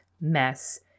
mess